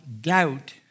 doubt